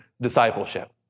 discipleship